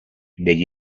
degli